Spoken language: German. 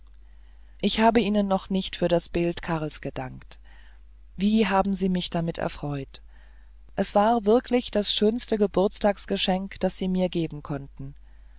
ich habe ihnen noch nicht für das bild karls gedankt wie haben sie mich damit erfreut es war wirklich das schönste geburtstagsgeschenk das sie mir geben konnten